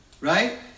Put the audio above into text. right